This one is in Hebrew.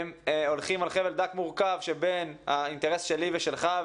הם הולכים על חבל דק מורכב שבין האינטרס שלי ושלך,